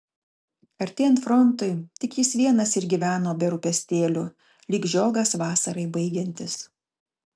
artėjant frontui tik jis vienas ir gyveno be rūpestėlių lyg žiogas vasarai baigiantis